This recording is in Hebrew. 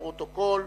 לפרוטוקול.